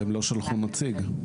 והם לא שלחו נציג.